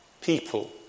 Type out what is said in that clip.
people